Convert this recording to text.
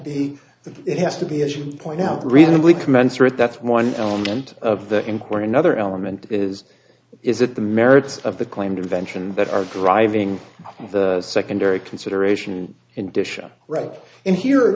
be it has to be as you point out reasonably commensurate that's one element of the inquiry another element is is it the merits of the claimed invention that are driving the secondary consideration in disha right in here